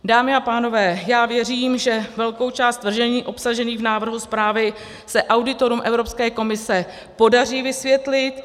Dámy a pánové, já věřím, že velkou část tvrzení obsažených v návrhu zprávy se auditorům Evropské komise podaří vysvětlit.